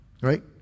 right